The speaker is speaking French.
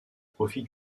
profit